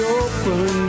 open